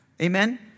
Amen